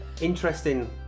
Interesting